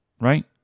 Right